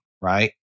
right